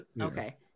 Okay